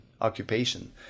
occupation